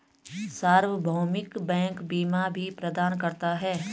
सार्वभौमिक बैंक बीमा भी प्रदान करता है